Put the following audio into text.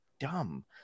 dumb